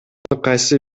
кайсы